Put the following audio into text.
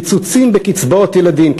קיצוצים בקצבאות ילדים,